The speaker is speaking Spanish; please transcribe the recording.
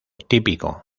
típico